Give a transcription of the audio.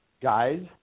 guys